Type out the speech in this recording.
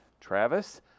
Travis